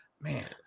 man